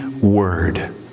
Word